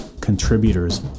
contributors